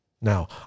Now